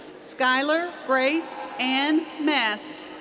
skyler grace anne mast.